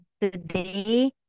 today